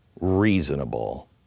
reasonable